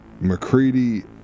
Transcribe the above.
McCready